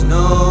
no